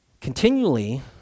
continually